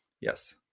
yes